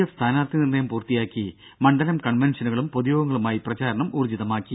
F സ്ഥാനാർത്ഥി നിർണയം പൂർത്തിയാക്കി മണ്ഡലം കൺവെൻഷനുകളും പൊതുയോഗങ്ങളുമായി പ്രചാരണം ഊർജ്ജിതമാക്കി